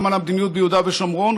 גם על המדיניות ביהודה ושומרון,